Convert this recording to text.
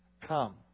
Come